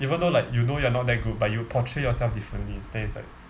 even though like you know you are not that good but you portray yourself differently then it's like